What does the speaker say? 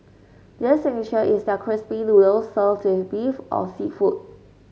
their signature is their crispy noodles served in beef or seafood